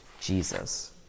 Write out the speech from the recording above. jesus